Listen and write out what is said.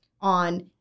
on